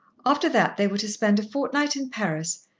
after that they were to spend a fortnight in paris,